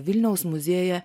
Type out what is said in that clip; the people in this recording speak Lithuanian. vilniaus muziejuje